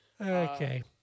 Okay